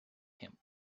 him